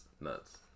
Nuts